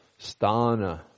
Stana